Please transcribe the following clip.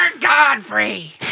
godfrey